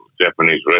Japanese